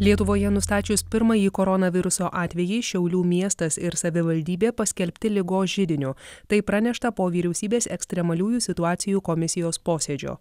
lietuvoje nustačius pirmąjį koronaviruso atvejį šiaulių miestas ir savivaldybė paskelbti ligos židiniu tai pranešta po vyriausybės ekstremaliųjų situacijų komisijos posėdžio